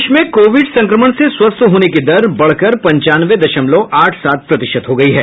प्रदेश में कोविड संक्रमण से स्वस्थ होने की दर बढ़कर पंचानवे दशमलव आठ सात प्रतिशत हो गया है